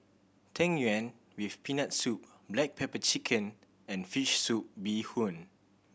Tang Yuen with Peanut Soup black pepper chicken and fish soup bee hoon